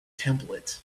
template